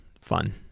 Fun